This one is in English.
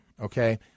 okay